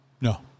No